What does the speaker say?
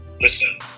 listen